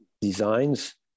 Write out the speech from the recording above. designs